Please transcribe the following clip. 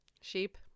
Sheep